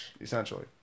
Essentially